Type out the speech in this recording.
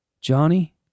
Johnny